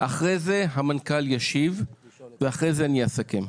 אחרי זה המנכ"ל ישיב ואחרי זה אני אסכם.